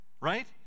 right